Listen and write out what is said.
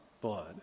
blood